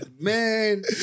man